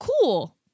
cool